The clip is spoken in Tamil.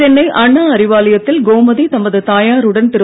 சென்னை அண்ணா அறிவாலயத்தில் கோமதி தமது தாயாருடன் திரு